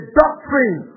doctrine